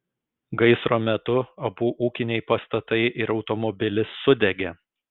gaisro metu abu ūkiniai pastatai ir automobilis sudegė